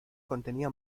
contenía